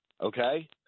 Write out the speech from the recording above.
Okay